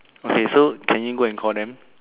okay so can you go and call them